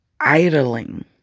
idling